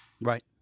Right